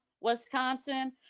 wisconsin